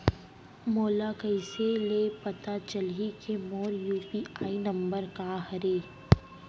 मोला कइसे ले पता चलही के मोर यू.पी.आई नंबर का हरे?